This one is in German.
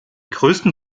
größten